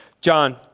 John